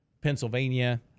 Pennsylvania